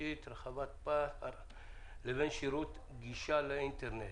תשתית רחבת פס לבין שירות גישה לאינטרנט.